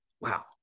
wow